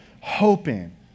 hoping